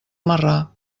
marrà